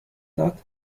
داد